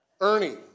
Ernie